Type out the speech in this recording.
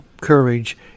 courage